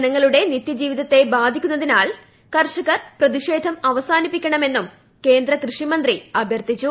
ജനങ്ങളുടെ നിത്യജീവിതത്തെ ക്ല്പാധിക്കുന്നതിനാൽ കർഷകർ പ്രതിഷേധം അവസാനിപ്പിക്കണമെന്നും കേന്ദ്രകൃഷിമന്ത്രി അഭൃർത്ഥിച്ചു